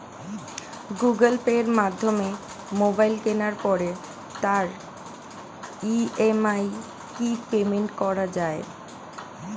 Google পের মাধ্যমে mobile কেনার পরে তার ই.এম.আই কি পেমেন্ট করা যায়?